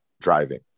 driving